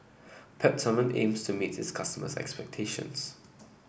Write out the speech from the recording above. Peptamen aims to meet its customers' expectations